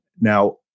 Now